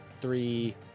three